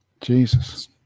jesus